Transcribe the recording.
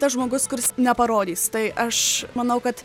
tas žmogus kurs neparodys tai aš manau kad